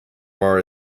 bar